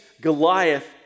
Goliath